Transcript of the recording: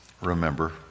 remember